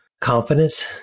confidence